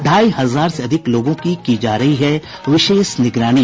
ढ़ाई हजार से अधिक लोगों की जा रही है विशेष निगरानी